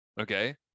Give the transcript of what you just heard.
Okay